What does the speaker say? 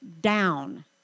down